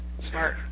Smart